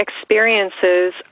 experiences